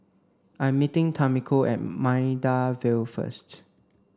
I'm meeting Tamiko at Maida Vale first